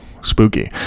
spooky